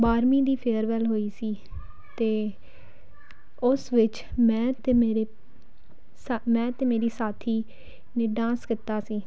ਬਾਰਵੀਂ ਦੀ ਫੇਅਰਵੈਲ ਹੋਈ ਸੀ ਅਤੇ ਉਸ ਵਿੱਚ ਮੈਂ ਅਤੇ ਮੇਰੇ ਸਾ ਮੈਂ ਅਤੇ ਮੇਰੇ ਸਾਥੀ ਨੇ ਡਾਂਸ ਕੀਤਾ ਸੀ